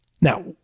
Now